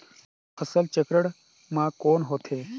फसल चक्रण मा कौन होथे?